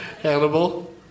Hannibal